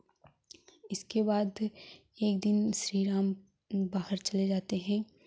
इसके बाद एक दिन श्री राम बाहर चले जाते हैं